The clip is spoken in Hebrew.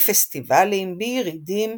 בפסטיבלים, בירידים,